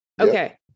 Okay